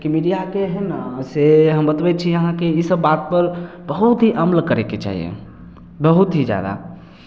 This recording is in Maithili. कि मीडियाके हइ ने से हम बतबै छी अहाँकेँ इसभ बातपर बहुत ही अमल करयके चाहियै बहुत ही जादा